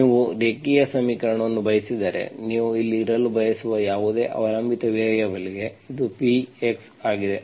ನೀವು ರೇಖೀಯ ಸಮೀಕರಣವನ್ನು ಬಯಸಿದರೆ ನೀವು ಇಲ್ಲಿ ಇರಲು ಬಯಸುವ ಯಾವುದೇ ಅವಲಂಬಿತ ವೇರಿಯಬಲ್ಗೆ ಇದು P x ಆಗಿದೆ